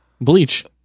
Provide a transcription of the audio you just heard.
Bleach